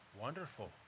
wonderful